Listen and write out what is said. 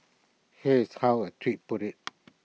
here's how A tweet puts IT